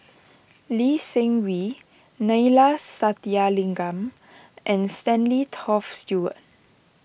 Lee Seng Wee Neila Sathyalingam and Stanley Toft Stewart